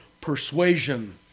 persuasion